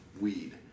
Weed